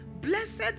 Blessed